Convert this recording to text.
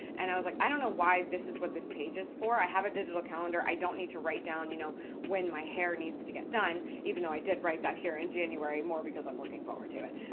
and i was like, i don't know why this is what this page is for. i have a digital calendar. i don't need to write down you know when my when my hair needs to get done, even though i did write that here in january more because i'm looking forward to it.